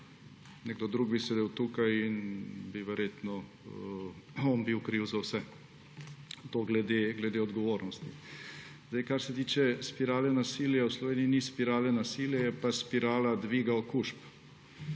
Nekdo drug bi sedel tukaj in bi verjetno on bil kriv za vse. To glede odgovornosti. Kar se tiče spirale nasilja. V Sloveniji ni spirale nasilja, je pa spirala dviga okužb.